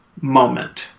moment